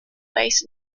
base